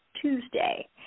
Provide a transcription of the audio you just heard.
Tuesday